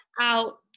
out